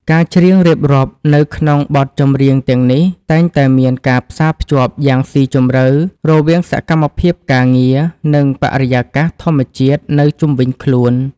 ការច្រៀងរៀបរាប់នៅក្នុងបទចម្រៀងទាំងនេះ តែងតែមានការផ្សារភ្ជាប់យ៉ាងស៊ីជម្រៅរវាងសកម្មភាពការងារ និងបរិយាកាសធម្មជាតិនៅជុំវិញខ្លួន។